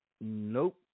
Nope